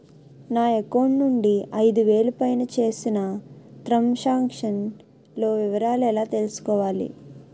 నా అకౌంట్ నుండి ఐదు వేలు పైన చేసిన త్రం సాంక్షన్ లో వివరాలు ఎలా తెలుసుకోవాలి?